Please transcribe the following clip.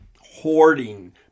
hoarding